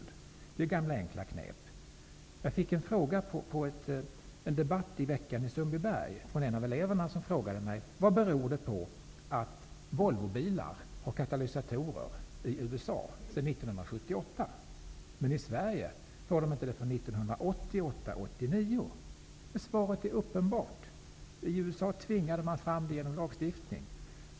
Det här är gamla enkla knep. I en debatt i Sundbyberg i veckan frågade en elev vad det beror på att Volvo-bilarna sedan 1978 har katalysatorer i USA, medan bilarna i Sverige inte fick katalysatorer förrän 1988--1989. Svaret är uppenbart! I USA tvingade man fram det här genom lagstiftning.